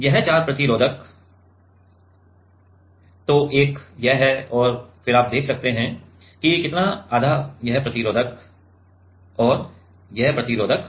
और यह चार प्रतिरोधक तो एक यह है और फिर आप देख सकते हैं कि कितना आधा यह प्रतिरोधक और यह प्रतिरोधक